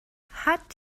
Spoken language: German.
hat